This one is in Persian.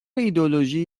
ایدئولوژی